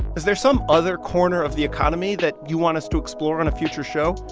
is there some other corner of the economy that you want us to explore on a future show?